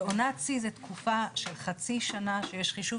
כשעונת שיא זה תקופה של חצי שנה שיש חישוב